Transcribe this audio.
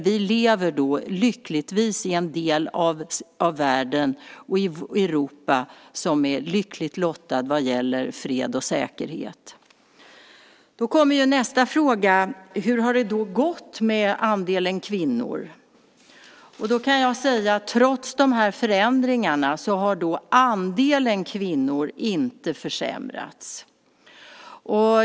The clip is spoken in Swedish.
Vi lever i en del av världen, i Europa, som är lyckligt lottad vad gäller fred och säkerhet. Då uppstår frågan hur det gått med andelen kvinnor. Jag kan säga att trots dessa förändringar har andelen kvinnor inte försämrats.